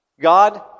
God